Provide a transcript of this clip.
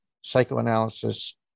psychoanalysis